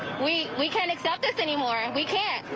we we can't accept this anymore, and we can't.